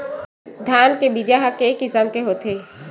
धान के बीजा ह के किसम के होथे?